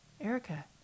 Erica